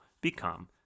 become